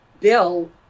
Bill